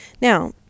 Now